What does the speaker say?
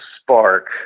spark